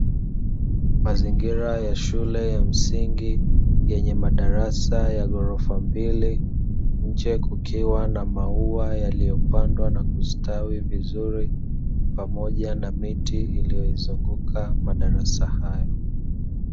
Mazingira ya shule ya msingi yenye madarasa ya ghorofa mbili, nje kukiwa na maua yaliyopandwa na kustawi vizuri, pamoja na miti iliyoizunguka madarasa hayo.